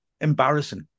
embarrassing